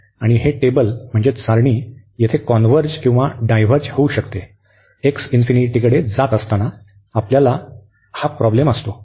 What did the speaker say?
आणि हे टेबल म्हणजे सारणी येथे कॉन्व्हर्ज किंवा डायव्हर्ज होऊ शकते x →∞ असताना आपल्याला ही प्रॉब्लेम असते